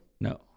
No